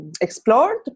explored